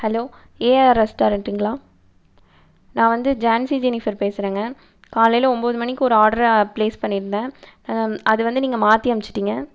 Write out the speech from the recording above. hello AR ரெஸ்டாரெண்ட்ங்களா நான் வந்து ஜான்சி ஜெனிஃபர் பேசுகிறேங்க காலையில் ஒம்பது மணிக்கு ஒரு ஆர்ட்ரை பிளேஸ் பண்ணியிருந்தேன் அது வந்து நீங்கள் மாற்றி அனுப்பிச்சிட்டிங்க